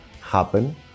happen